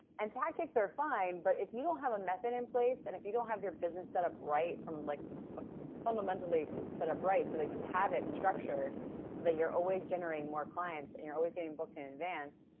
and tactics are fine, but if you don't have a method in place, and if you don't have your business set up right, like but fundamentally set up right so that you have it structured, so that you're always generating more clients and you're always getting booked in advance,